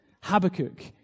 Habakkuk